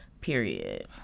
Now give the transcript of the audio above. period